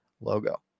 logo